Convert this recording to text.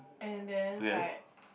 and then like